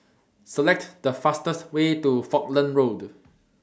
Select The fastest Way to Falkland Road